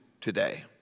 today